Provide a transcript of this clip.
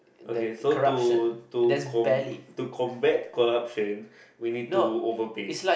okay so to to com~ to combat corruption we need to overpay